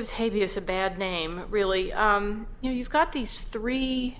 vs a bad name really you know you've got these three